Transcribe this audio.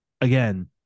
Again